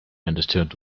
understood